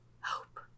Hope